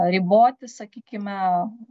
riboti sakykime